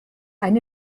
ein